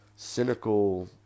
Cynical